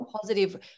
positive